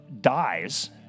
dies